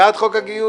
בעד חוק הגיוס.